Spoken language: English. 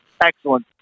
Excellent